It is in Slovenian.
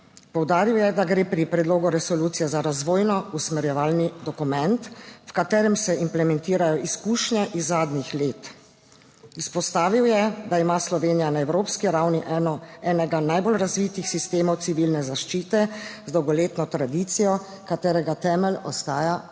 Poudaril je, da gre pri predlogu resolucije za razvojno-usmerjevalni dokument, v katerem se implementirajo izkušnje iz zadnjih let. Izpostavil je, da ima Slovenija na evropski ravni enega najbolj razvitih sistemov civilne zaščite z dolgoletno tradicijo, katerega temelj ostaja